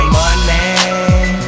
money